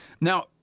Now